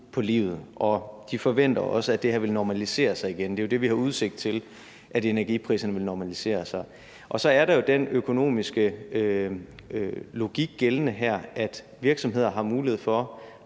på livet, og de forventer også, at det her vil normalisere sig igen. Det er jo det, vi har udsigt til, nemlig at energipriserne vil normalisere sig. Og så er der jo den økonomiske logik gældende her, at virksomheder har mulighed for